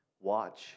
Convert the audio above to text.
Watch